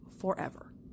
forever